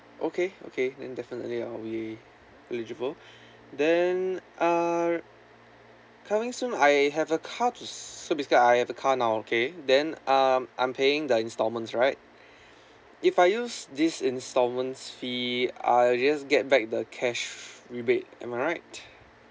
okay okay then definitely then I'll be eligible then uh coming soon I have a car to~ so basically I have a car now okay then um I'm paying the installments right if I use this installments fee I'll just get back the cash rebate am I right